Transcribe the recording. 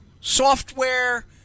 software